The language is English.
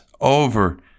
over